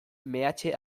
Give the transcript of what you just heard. meatze